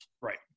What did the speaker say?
Right